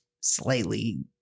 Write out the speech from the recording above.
slightly